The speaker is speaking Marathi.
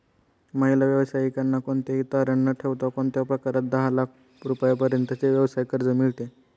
महिला व्यावसायिकांना कोणतेही तारण न ठेवता कोणत्या प्रकारात दहा लाख रुपयांपर्यंतचे व्यवसाय कर्ज मिळतो?